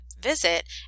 visit